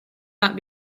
not